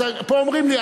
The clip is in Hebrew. אז פה אומרים לי,